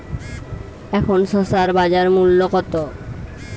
এখন শসার বাজার মূল্য কত?